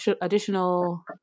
additional